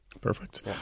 Perfect